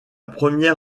première